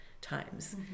times